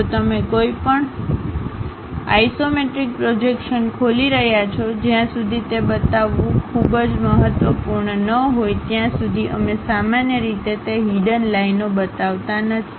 જો તમે કોઈપણ આઇસોમેટ્રિક પ્રોજેક્શન ખોલી રહ્યા છો જ્યાં સુધી તે બતાવવું ખૂબ જ મહત્વપૂર્ણ ન હોય ત્યાં સુધી અમે સામાન્ય રીતે તે હિડન લાઇનઓ બતાવતા નથી